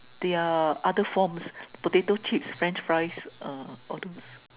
they're other forms potato chips French fries uh all those